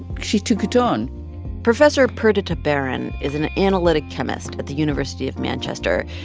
she took it on professor perdita barran is an analytic chemist at the university of manchester.